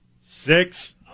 six